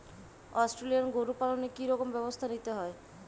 Australian গরু পালনে কি রকম ব্যবস্থা নিতে হয়?